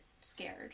scared